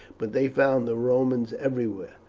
but they found the romans everywhere.